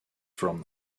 from